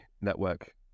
Network